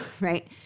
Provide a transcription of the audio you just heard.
right